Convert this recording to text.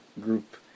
group